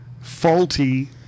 faulty